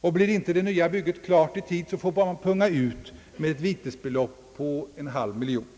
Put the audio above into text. och blir det nya bygget inte klart i tid får man punga ut med ett vitesbelopp på en halv miljon kronor.